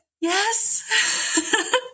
Yes